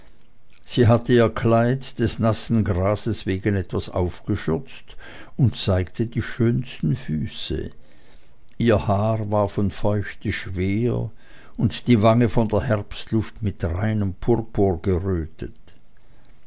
sie hatte ihr kleid des nassen grases wegen etwas aufgeschürzt und zeigte die schönsten füße ihr haar war von feuchte schwer und die wange von der herbstluft mit reinem purpur gerötet